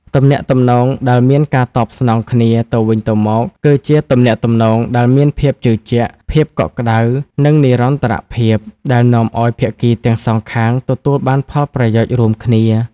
ទំនាក់ទំនងដែលមានការតបស្នងគ្នាទៅវិញទៅមក គឺជាទំនាក់ទំនងដែលមានភាពជឿជាក់ ភាពកក់ក្តៅ និងនិរន្តរភាព ដែលនាំឲ្យភាគីទាំងសងខាងទទួលបានផលប្រយោជន៍រួមគ្នា។